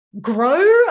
grow